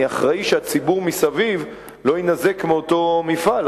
אני אחראי שהציבור מסביב לא יינזק מאותו מפעל,